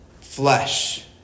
flesh